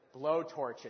blowtorches